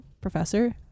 professor